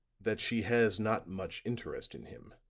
that she has not much interest in him.